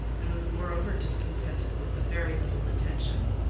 and was moreover discontented with the very little attention,